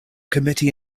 committee